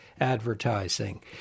advertising